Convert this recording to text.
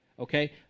Okay